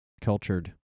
cultured